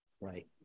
Right